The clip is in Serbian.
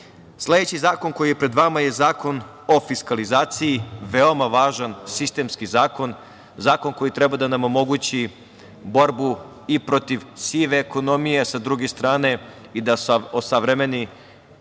zakon koji je pred vama je Zakon o fiskalizaciji, veoma važan sistemski zakon, zakon koji treba da nam omogući borbu i protiv sive ekonomije i, sa druge strane, da osavremeni